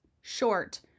short